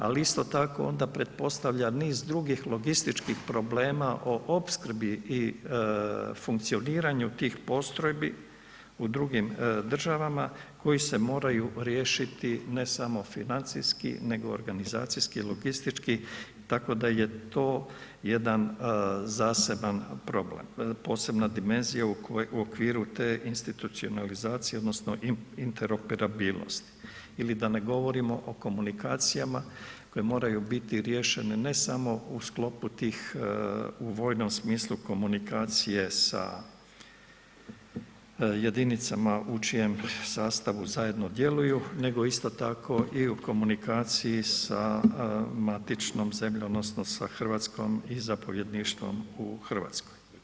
Ali isto tako onda pretpostavlja niz drugih logističkih problema o opskrbi i funkcioniranju tih postrojbi u drugim državama koji se moraju riješiti ne samo financijski nego organizacijski i logistički tako da je to jedan zaseban problem, posebna dimenzija u okviru te institucionalizacije odnosno interoperabilnosti ili da ne govorimo o komunikacijama koje moraju biti riješene ne samo u sklopu tih u vojnom smislu komunikacije sa jedinicama u čijem sastavu zajedno djeluju nego isto tako i u komunikaciji sa matičnom zemljom odnosno Hrvatskom i zapovjedništvom u Hrvatskoj.